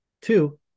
two